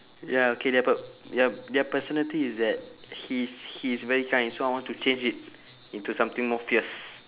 ya okay their p~ ya their personality is that he is he is very kind so I want to change it into something more fierce